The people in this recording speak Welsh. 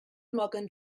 morgan